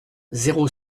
zéro